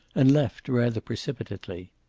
and left rather precipitately.